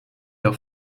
leur